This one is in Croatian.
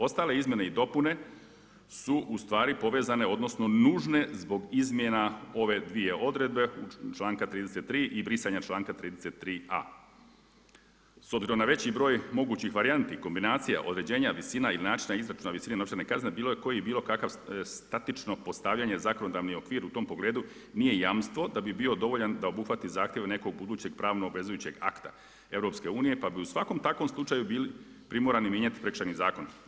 Ostale izmjene i dopune su u stvari povezane, odnosno nužne zbog izmjena ove dvije odredbe članka 33. i brisanja članka 33a. S obzirom na veći broj mogućih varijanti, kombinacija određenja visina ili načina izračuna visine novčane kazne bilo koji i bilo kakav statično postavljen je zakonodavni okvir u tom pogledu nije jamstvo da bi bio dovoljan da obuhvati zahtjeve nekog budućeg pravno obvezujućeg akta EU, pa bi u svakom takvom slučaju bili primorani mijenjati Prekršajni zakon.